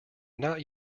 not